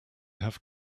have